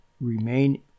remain